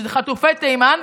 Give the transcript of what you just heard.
חטופי תימן,